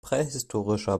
prähistorische